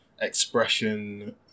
expression